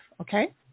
okay